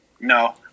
No